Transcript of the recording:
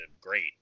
great